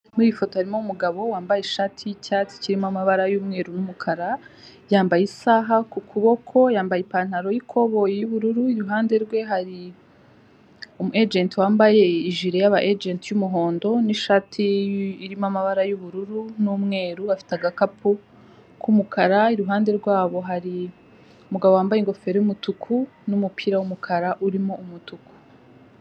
Muri iyi foto harimo umugabo wambaye ishati y'icyatsi kirimo amabara y'umweru n'umukara, yambaye isaha ku kuboko, yambaye ipantaro y'ikoboyi y'ubururu, iruhande rwe hari umu ejenti wambaye ijire y'aba ejenti y'umuhondo n'ishati irimo amabara y'ubururu n'umweru, afite agakapu k'umukara, iruhande rwabo hari umugabo wambaye ingofero y'umutuku n'umupira w'umukara urimo umutuku.